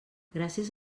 gràcies